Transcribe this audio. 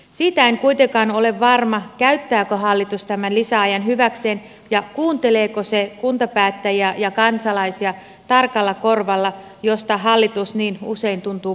siitä en kuitenkaan ole varma käyttääkö hallitus tämän lisäajan hyväkseen ja kuunteleeko se kuntapäättäjiä ja kansalaisia tarkalla korvalla josta hallitus niin usein tuntuu puhuvan